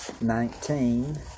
nineteen